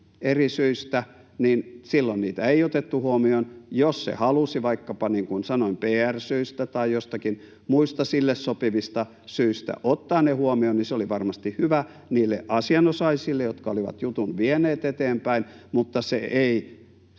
eri syistä, niin silloin niitä ei otettu huomioon. Jos se halusi, niin kuin sanoin, vaikkapa pr-syistä tai joistakin muista sille sopivista syistä ottaa ne huomioon, niin se oli varmasti hyvä niille asianosaisille, jotka olivat jutun vieneet eteenpäin, mutta se ei